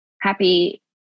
happy